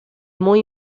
muy